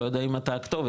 לא יודע אם אתה הכתובת,